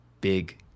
big